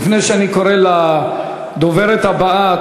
לפני שאני קורא לדוברת הבאה,